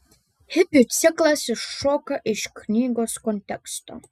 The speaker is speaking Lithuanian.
hipių ciklas iššoka iš knygos konteksto